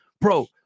Bro